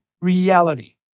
reality